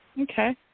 Okay